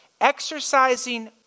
exercising